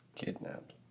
Kidnapped